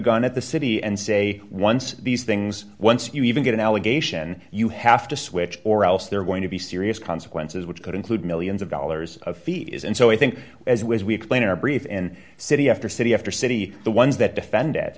gun at the city and say once these things once you even get an allegation you have to switch or else they're going to be serious consequences which could include millions of dollars of feet is and so i think as we as we explain our brief in city after city after city the ones that defend